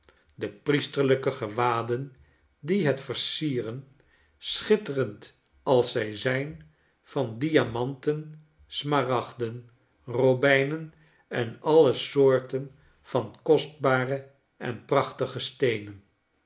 de priesterlijke gewaden die het versieren schitterend als zij zijn van diamanten smaragden robynen en alle soorten van kostbare en prachtige steenen